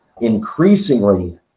increasingly